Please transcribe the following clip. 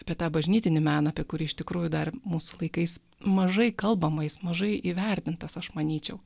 apie tą bažnytinį meną apie kurį iš tikrųjų dar mūsų laikais mažai kalbama jis mažai įvertintas aš manyčiau